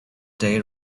day